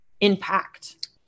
impact